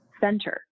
center